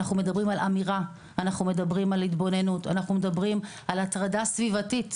אלא על אמירה; על התבוננות; על הטרדה סביבתית